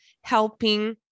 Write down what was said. helping